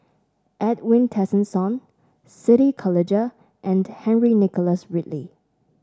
Edwin Tessensohn Siti Khalijah and Henry Nicholas Ridley